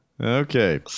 okay